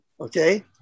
Okay